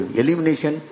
elimination